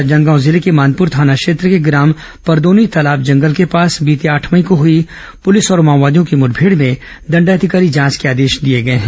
राजनांदगांव जिले के मानपुर थाना क्षेत्र के ग्राम परदोनी तालाब जंगल के पास बीते आठ मई को हुई पुलिस माओवादी मुठभेड की दंडाधिकारी जांच के आदेश दिए गए हैं